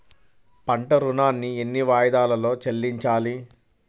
పంట ఋణాన్ని ఎన్ని వాయిదాలలో చెల్లించాలి?